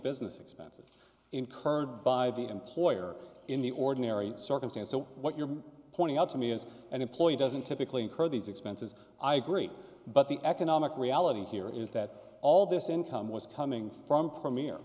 business expenses incurred by the employer in the ordinary circumstances what you're pointing out to me as an employee doesn't typically incur these expenses i agree but the economic reality here is that all this income was coming from